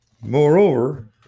Moreover